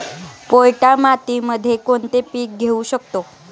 पोयटा मातीमध्ये कोणते पीक घेऊ शकतो?